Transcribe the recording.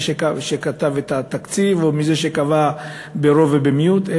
שכתב את התקציב או מזה שכתב ברוב ובמיעוט,